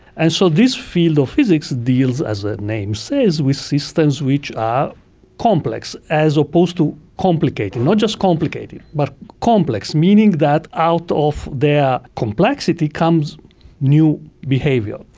and so this field of physics deals, as the name says, with systems which are complex, as opposed to complicated. not just complicated but complex, meaning that out of their complexity comes new behaviour.